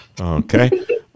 Okay